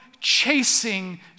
chasing